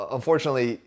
Unfortunately